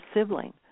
sibling